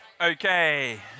Okay